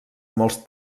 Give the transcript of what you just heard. molts